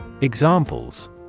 Examples